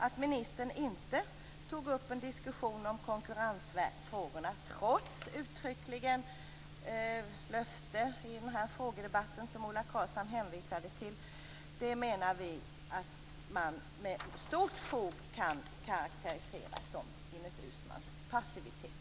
Att ministern inte tog upp en diskussion om konkurrensfrågorna, trots ett uttryckligt löfte i den frågedebatt som Ola Karlsson hänvisade till, kan, menar vi, med stort fog karakteriseras som Ines Uusmanns passivitet.